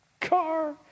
car